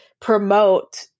promote